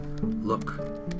Look